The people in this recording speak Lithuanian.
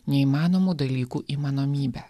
neįmanomų dalykų įmanomybę